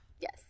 yes